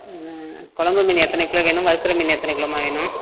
கொழம்பு மீன் எத்தனை கிலோ வேணும் வறுக்கிற மீன் எத்தனை கிலோம்மா வேணும்